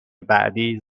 بعدی